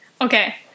Okay